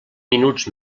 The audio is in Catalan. minuts